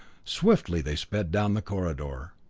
swiftly they sped down the corridor,